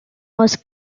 was